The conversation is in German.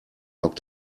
log